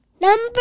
number